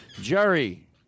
Jerry